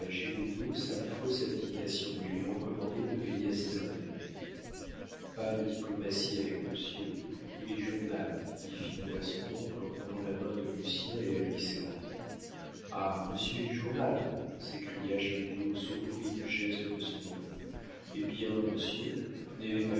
giroudeau sa fausse abdication et lui recommander de veiller à ses intérêts pas de diplomatie avec monsieur il est du journal dit finot à son oncle en prenant la main de lucien et la lui serrant ah monsieur est du journal s'écria giroudeau surpris du geste de son neveu eh bien monsieur vous n'avez pas